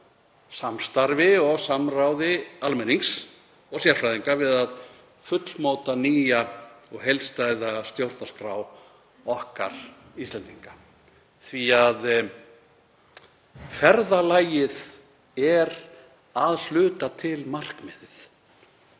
samstarfi og samráði almennings og sérfræðinga við að fullmóta nýja heildstæða stjórnarskrá okkar Íslendinga, því að ferðalagið er að hluta til markmiðið.